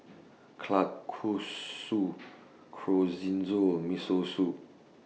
Kalguksu Chorizo and Miso Soup